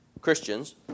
Christians